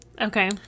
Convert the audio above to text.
Okay